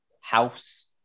house